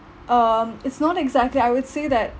um it's not exactly I would say that